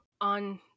On